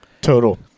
Total